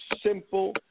simple